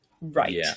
right